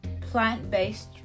plant-based